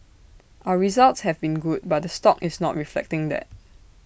our results have been good but the stock is not reflecting that